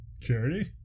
charity